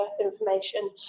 information